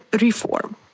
reform